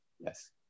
Yes